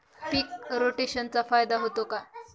पीक रोटेशनचा फायदा होतो का?